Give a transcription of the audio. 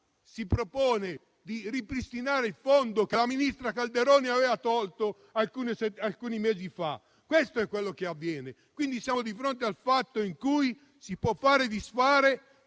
si propone di ripristinare il fondo che la ministra Calderone aveva abolito alcuni mesi fa. Questo è ciò che avviene, quindi siamo di fronte al fatto che si ritiene di